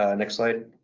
ah next slide.